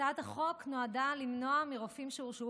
הצעת החוק נועדה למנוע מרופאים שהורשעו